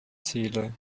seele